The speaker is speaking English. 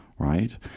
right